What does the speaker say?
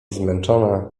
zmęczona